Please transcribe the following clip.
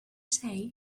say